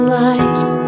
life